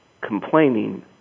complaining